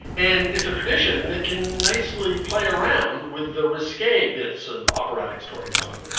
and it's a tradition that can nicely play around with the risque bits of operatic storytelling,